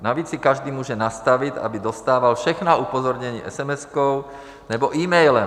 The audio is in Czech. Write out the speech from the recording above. Navíc si každý může nastavit, aby dostával všechna upozornění esemeskou nebo emailem.